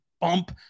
bump